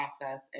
process